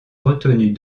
retenues